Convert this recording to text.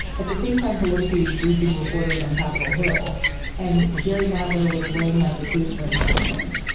at the same time pelosi was briefing reporters on capitol hill and jerry nadler was laying out the case for impeachment.